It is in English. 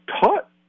taught